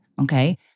okay